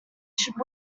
should